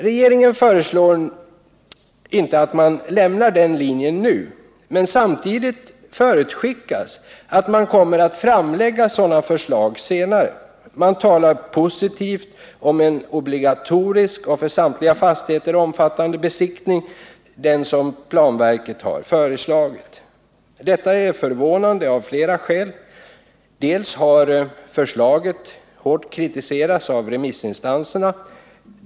Regeringen föreslår att man nu inte lämnar den linjen, men samtidigt förutskickas att man senare kommer att framlägga sådana förslag. Man talar positivt om en obligatorisk och för samtliga fastigheter omfattande besiktning —- den som planverket har föreslagit. Detta är förvånande av flera skäl. Dels har förslaget hårt kritiserats av remissinstanserna.